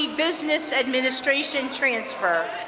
business administration transfer.